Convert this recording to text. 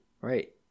right